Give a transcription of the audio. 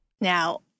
Now